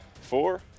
four